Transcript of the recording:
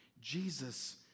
Jesus